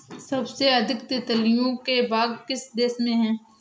सबसे अधिक तितलियों के बाग किस देश में हैं?